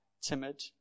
timid